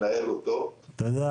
היא לא נמצאת, זה לא מתאים.